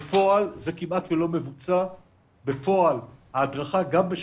בפועל זה כמעט ולא מבוצע,